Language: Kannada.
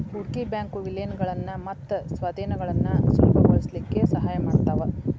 ಹೂಡ್ಕಿ ಬ್ಯಾಂಕು ವಿಲೇನಗಳನ್ನ ಮತ್ತ ಸ್ವಾಧೇನಗಳನ್ನ ಸುಲಭಗೊಳಸ್ಲಿಕ್ಕೆ ಸಹಾಯ ಮಾಡ್ತಾವ